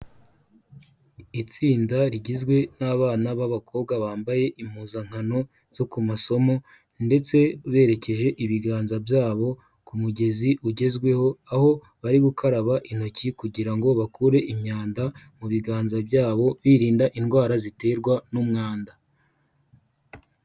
Itsinda rigizwe n'abana b'abakobwa bambaye impuzankano zo ku masomo ndetse berekeje ibiganza byabo ku mugezi ugezweho, aho bari gukaraba intoki kugira ngo bakure imyanda mu biganza byabo birinda indwara ziterwa n'umwanda.